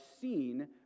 seen